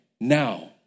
now